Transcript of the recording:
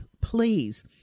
please